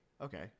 okay